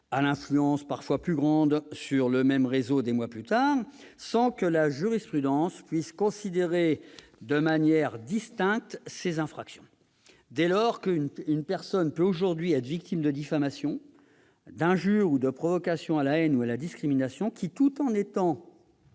à l'influence parfois plus grande sur le même réseau plusieurs mois plus tard, sans que la jurisprudence puisse considérer ces infractions de manière distincte. Dès lors, une personne peut aujourd'hui être victime de diffamations, d'injures ou de provocation à la haine ou à la discrimination qui, tout en étant